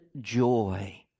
joy